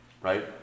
right